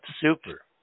Super